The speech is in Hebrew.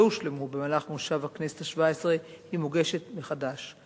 הושלמו במהלך הכנסת השבע-עשרה היא מוגשת מחדש.